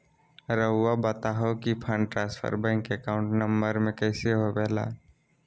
रहुआ बताहो कि fund transfer bank account number में कैसे होबेला?